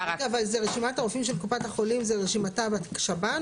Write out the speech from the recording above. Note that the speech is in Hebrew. רשימת הרופאים של קופת החולים זה רשימה בשב"ן?